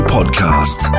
Podcast